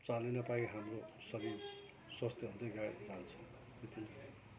चालै नपाइ हाम्रो शरीर स्वस्थ हुँदै गए जान्छ त्यति नै